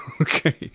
Okay